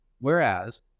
Whereas